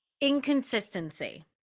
Inconsistency